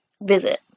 visit